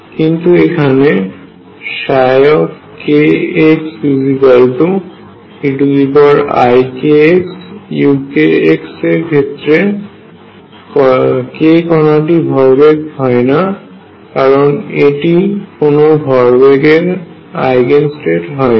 কিন্তু এখানে kxeikxuk এর ক্ষেত্রে k কণাটির ভরবেগ হয় না কারণ এটি কোন ভরবেগের আইগেন স্টেট হয় না